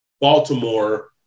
Baltimore